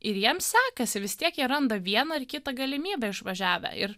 ir jiems sekasi vis tiek jie randa vieną ar kitą galimybę išvažiavę ir